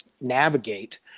navigate